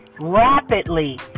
rapidly